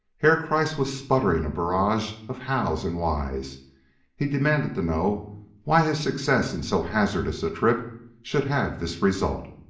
herr kreiss was sputtering a barrage of how's and why's he demanded to know why his success in so hazardous a trip should have this result.